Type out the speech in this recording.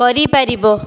କରିପାରିବ